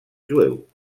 jueu